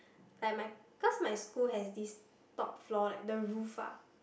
like my cause my school has this top floor like the roof ah